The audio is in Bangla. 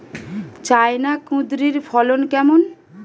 চায়না কুঁদরীর ফলন কেমন?